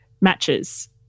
matches